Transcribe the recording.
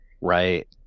right